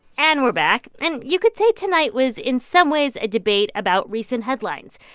and we're back. and you could say tonight was, in some ways, a debate about recent headlines.